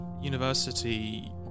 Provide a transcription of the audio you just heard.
university